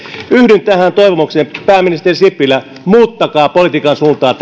yhdyn tähän toivomukseen pääministeri sipilä muuttakaa politiikan suuntaa